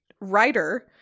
writer